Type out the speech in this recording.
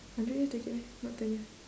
hundred years decade meh not ten year